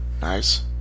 Nice